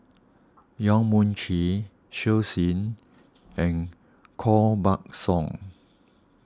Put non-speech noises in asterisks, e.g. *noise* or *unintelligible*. Yong Mun Chee *unintelligible* Shen and Koh Buck Song